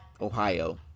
Ohio